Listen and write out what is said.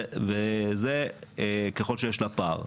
וזה ככל שיש לה פער.